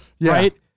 right